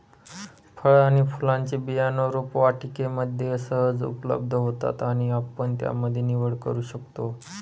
फळ आणि फुलांचे बियाणं रोपवाटिकेमध्ये सहज उपलब्ध होतात आणि आपण त्यामध्ये निवड करू शकतो